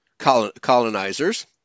colonizers